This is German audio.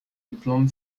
diplom